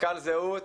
מנכ"ל זהות.